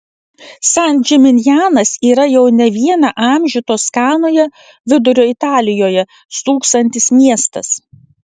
san džiminjanas yra jau ne vieną amžių toskanoje vidurio italijoje stūksantis miestas